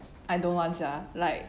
I don't want sia like